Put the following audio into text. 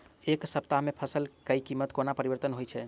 एक सप्ताह मे फसल केँ कीमत कोना परिवर्तन होइ छै?